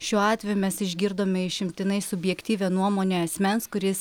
šiuo atveju mes išgirdome išimtinai subjektyvią nuomonę asmens kuris